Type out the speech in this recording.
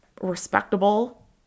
respectable